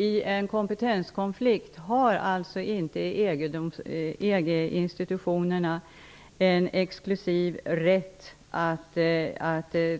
I en kompetenskonflikt har inte EG-institutionerna en exklusiv rätt att